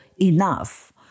enough